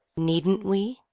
needn't we?